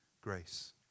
grace